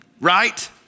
Right